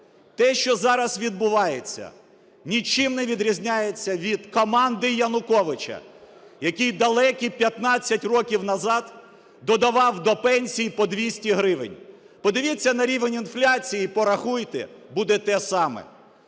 Те, що зараз відбувається, ні чим не відрізняється від команди Януковича, який далекі 15 років назад додавав до пенсії по 200 гривень. Подивіться на рівень інфляції і порахуйте: буде те саме.